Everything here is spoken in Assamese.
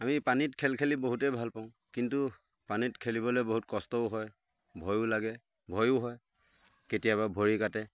আমি পানীত খেল খেলি বহুতেই ভাল পাওঁ কিন্তু পানীত খেলিবলৈ বহুত কষ্টও হয় ভয়ো লাগে ভয়ো হয় কেতিয়াবা ভৰি কাটে